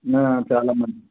చాలా మంచిది